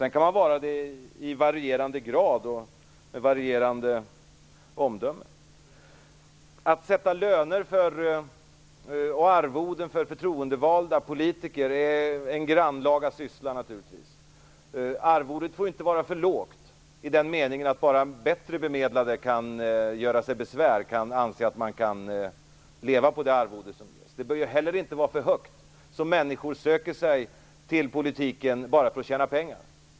Sedan kan man vara det i varierande grad och med varierande omdöme. Att sätta löner och arvoden för förtroendevalda politiker är naturligtvis en grannlaga syssla. Arvodet får inte vara för lågt, i den meningen att bara den bättre bemedlade som anser sig kunna leva på arvodet kan göra sig besvär. Det bör heller inte vara för högt, så att människor söker sig till politiken bara för att tjäna pengar.